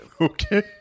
Okay